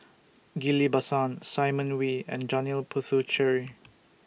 Ghillie BaSan Simon Wee and Janil Puthucheary